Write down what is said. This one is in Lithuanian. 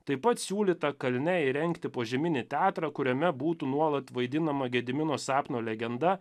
taip pat siūlyta kalne įrengti požeminį teatrą kuriame būtų nuolat vaidinama gedimino sapno legenda